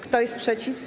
Kto jest przeciw?